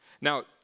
Now